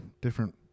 different